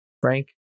Frank